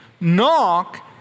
Knock